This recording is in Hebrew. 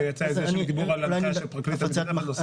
שיצא איזשהו דיבור של פרקליט המדינה.